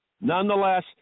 Nonetheless